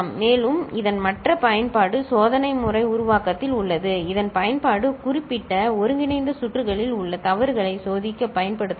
மேலும் இதன் மற்ற பயன்பாடு சோதனை முறை உருவாக்கத்தில் உள்ளது இதன் பயன்பாடு குறிப்பிட்ட ஒருங்கிணைந்த சுற்றுகளில் உள்ள தவறுகளை சோதிக்க பயன்படுத்தலாம்